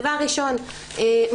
דבר ראשון,